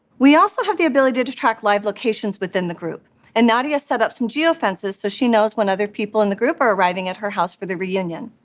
we also have the ability to track live locations within the group and nadia setup some geofences so she knows when other people in the group are arriving at her house for the reunion.